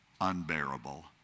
unbearable